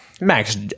Max